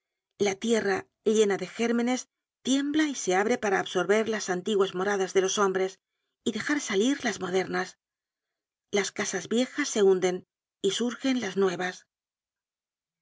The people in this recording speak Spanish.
la tierra llena de gérmenes tiembla y se abre para absorber las antiguas moradas de los hombres y dejar salir las modernas las casas viejas se hunden y surgen las nuevas